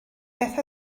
beth